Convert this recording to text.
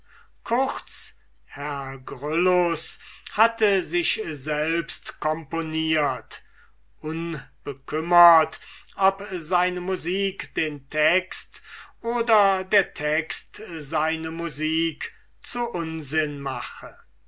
kurz herr gryllus hatte sich selbst componiert unbekümmert ob seine musik den text oder der text seine musik zu unsinn mache